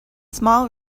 small